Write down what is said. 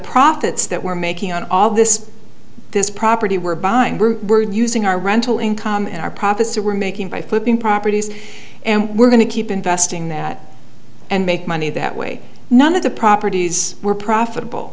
profits that we're making on all of this this property we're buying we're using our rental income and our profits that we're making by flipping properties and we're going to keep investing that and make money that way none of the properties were profitable